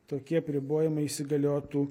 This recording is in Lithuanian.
tokie apribojimai įsigaliotų